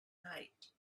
night